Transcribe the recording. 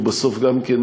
גם הוא בסוף בן-אנוש,